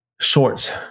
short